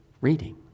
reading